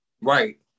Right